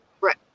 Right